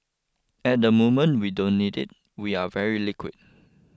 at the moment we don't need it we are very liquid